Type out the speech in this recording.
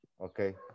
okay